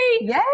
yay